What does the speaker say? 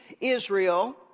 Israel